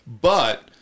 But-